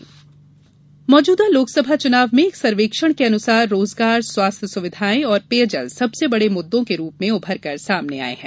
loss मुददा मौजूदा लोकसभा चूनाव में एक सर्वेक्षण के अनुसार रोजगार स्वास्थ्य सुविधायें और पेयजल सबसे बड़े मुद्दे को रूप में उभरकर सामाने आयें हैं